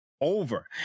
over